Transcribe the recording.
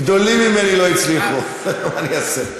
גדולים ממני לא הצליחו, מה אני אעשה?